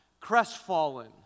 crestfallen